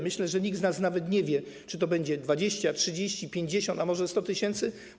Myślę, że nikt z nas nawet nie wie, czy to będzie 20, 30, 50, czy może 100 tys.